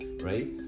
right